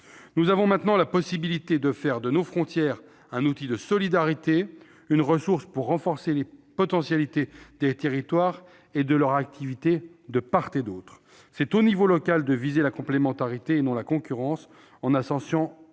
Nous avons maintenant la possibilité de faire de nos frontières un outil de solidarité, une ressource pour renforcer les potentialités des territoires et leur attractivité de part et d'autre. C'est au niveau local de viser la complémentarité et non la concurrence, en associant